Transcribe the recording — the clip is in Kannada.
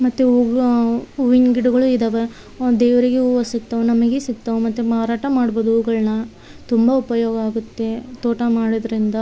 ಮತ್ತು ಹೂವುಗಳು ಹೂವಿನ್ ಗಿಡಗಳೂ ಇದಾವೆ ದೇವರಿಗೆ ಹೂವು ಸಿಗ್ತವೆ ನಮಗೆ ಸಿಗ್ತವೆ ಮತ್ತು ಮಾರಾಟ ಮಾಡ್ಬೌದು ಹೂವುಗಳ್ನ ತುಂಬ ಉಪಯೋಗ ಆಗುತ್ತೆ ತೋಟ ಮಾಡಿದ್ರಿಂದ